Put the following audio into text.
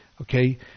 Okay